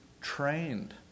trained